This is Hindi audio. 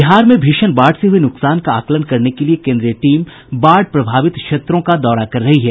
बिहार में भीषण बाढ़ से हुए नुकसान का आकलन करने के लिये केन्द्रीय टीम बाढ़ प्रभावितों क्षेत्रों का दौरा कर रही है